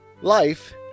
life